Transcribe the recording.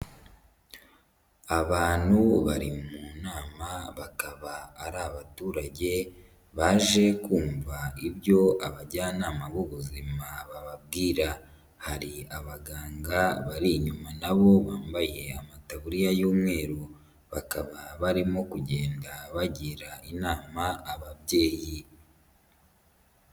Abantu bari mu nama bakaba ari abaturage baje kumva ibyo abajyanama b'ubuzima bababwira, hari abaganga bari inyuma nabo bambaye amataburiya y'umweru, bakaba barimo kugenda bagira inama ababyeyi.